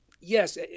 yes